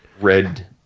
red